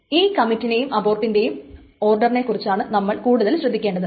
a കമ്മിറ്റിന്റെയും അബോർട്ടിന്റെയും ഓർഡറിനെ കുറിച്ചാണ് നമ്മൾ കൂടുതൽ ശ്രദ്ധിക്കേണ്ടത്